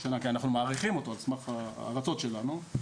כי אנחנו מעריכים אותו על סמך ההרצות שלנו.